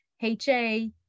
HA